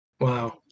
Wow